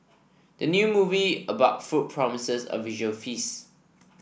the new movie about food promises a visual feast